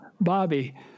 Bobby